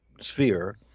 sphere